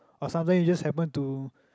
or sometime you just happen to